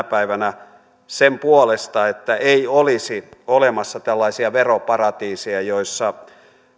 päivänä sen puolesta että ei olisi olemassa tällaisia veroparatiiseja joissa